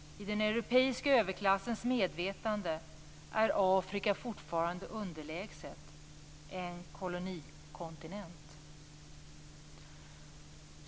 I den europeiska överklassens medvetande är Afrika fortfarande underlägset: en kolonikontinent."